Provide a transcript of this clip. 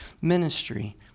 ministry